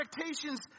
expectations